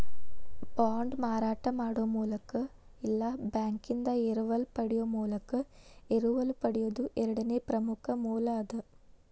ಬಾಂಡ್ನ ಮಾರಾಟ ಮಾಡೊ ಮೂಲಕ ಇಲ್ಲಾ ಬ್ಯಾಂಕಿಂದಾ ಎರವಲ ಪಡೆಯೊ ಮೂಲಕ ಎರವಲು ಪಡೆಯೊದು ಎರಡನೇ ಪ್ರಮುಖ ಮೂಲ ಅದ